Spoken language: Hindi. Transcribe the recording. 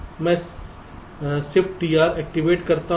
मैं ShiftDR एक्टिवेट करता हूं